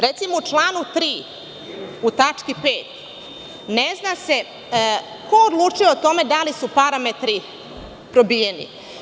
Recimo, u članu 3. u tački 5. ne zna se ko odlučuje o tome da li su parametri probijeni.